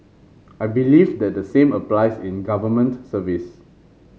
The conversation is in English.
I believe that the same applies in government service